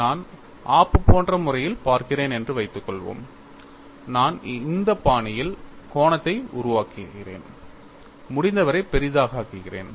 நான் ஆப்பு போன்ற முறையில் பார்க்கிறேன் என்று வைத்துக்கொள்வோம் நான் இந்த பாணியில் கோணத்தை உருவாக்குகிறேன் முடிந்தவரை பெரியதாக ஆக்குகிறேன்